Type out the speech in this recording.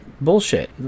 Bullshit